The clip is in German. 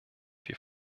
wir